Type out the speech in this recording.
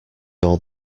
all